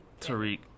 Tariq